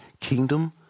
kingdom